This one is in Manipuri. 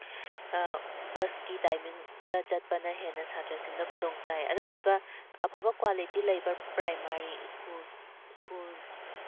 ꯕꯁꯀꯤ ꯇꯥꯏꯃꯤꯡꯗ ꯆꯠꯄꯅ ꯍꯦꯟꯅ ꯁꯥꯇ꯭ꯔꯁꯤꯡꯗ ꯈꯨꯗꯣꯡꯆꯥꯏ ꯑꯗꯨꯗꯨꯒ ꯑꯐꯕ ꯀ꯭ꯋꯥꯂꯤꯇꯤ ꯂꯩꯕ ꯄ꯭ꯔꯥꯏꯃꯥꯔꯤ ꯁ꯭ꯀꯨꯜꯁ ꯁ꯭ꯀꯨꯜ